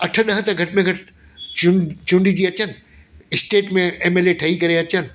अठ ॾह त घटि में घटि चूङजी अचनि स्टेट में एमएलए ठही करे अचनि